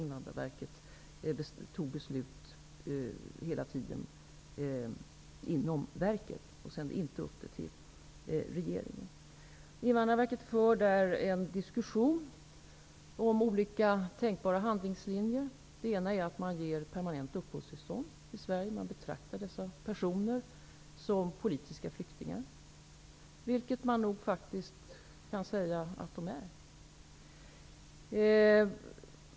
Invandrarverket har ju hela tiden inom verket fattat beslut om kosovoalbanerna utan att föra ärendena vidare till regeringen. Invandrarverket för där en diskussion om olika tänkbara handlingslinjer. En är att man ger permanent upphållstillstånd. Man betraktar dessa personer som politiska flyktingar, vilket man nog faktiskt kan säga att de är.